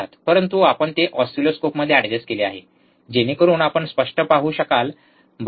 परंतु आपण ते ऑसिलोस्कोपमध्ये ऍड्जस्ट केले आहे जेणेकरून आपण स्पष्टपणे पाहू शकाल बरोबर